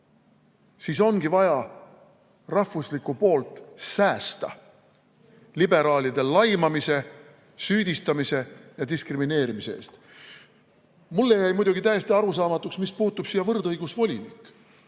siis ongi vaja rahvuslikku poolt säästa liberaalide laimamise, süüdistamise ja diskrimineerimise eest. Mulle jäi muidugi täiesti arusaamatuks, mis puutub siia võrdõigusvolinik.